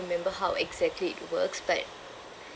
remember how exactly it works but